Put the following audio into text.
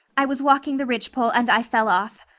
i was walking the ridgepole and i fell off.